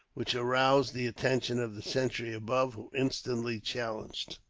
which aroused the attention of the sentry above, who instantly challenged.